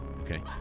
Okay